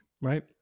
Right